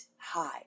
high